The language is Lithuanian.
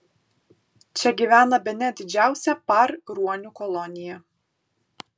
čia gyvena bene didžiausia par ruonių kolonija